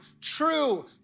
true